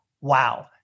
wow